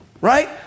right